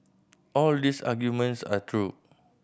all these arguments are true